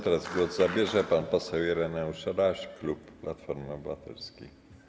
Teraz głos zabierze pan poseł Ireneusz Raś, klub Platformy Obywatelskiej.